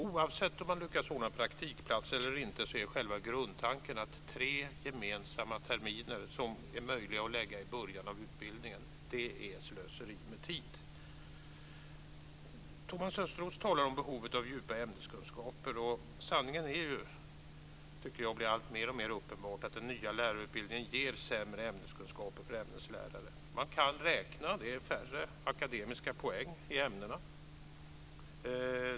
Oavsett om man lyckas ordna praktikplats eller inte är själva grundtanken att tre gemensamma terminer, som är möjliga att lägga i början av utbildningen, är slöseri med tid. Thomas Östros talar om behovet av djupa ämneskunskaper. Sanningen är - jag tycker att det blir mer och mer uppenbart - att den nya lärarutbildningen ger sämre ämneskunskaper för ämneslärare. Man kan räkna. Det är färre akademiska poäng i ämnena.